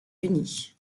unis